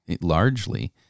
largely